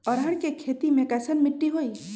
अरहर के खेती मे कैसन मिट्टी होइ?